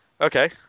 Okay